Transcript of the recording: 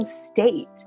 state